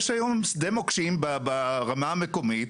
יש היום שדה מוקשים ברמה המקומית,